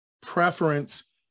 preference